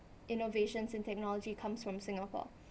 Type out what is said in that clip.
innovations in technology comes from singapore